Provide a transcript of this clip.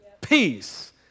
peace